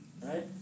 right